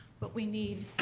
but we need.